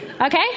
Okay